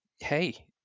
hey